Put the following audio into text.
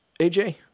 aj